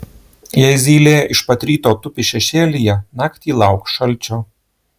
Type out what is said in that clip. jei zylė iš pat ryto tupi šešėlyje naktį lauk šalčio